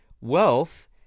Wealth